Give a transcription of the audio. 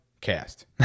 Cast